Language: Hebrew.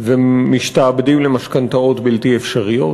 ומשתעבדים למשכנתאות בלתי אפשריות,